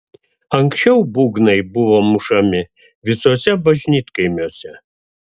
anksčiau būgnai buvo mušami visuose bažnytkaimiuose